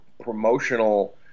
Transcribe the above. promotional